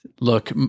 look